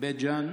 מבית ג'ן,